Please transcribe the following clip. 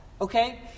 Okay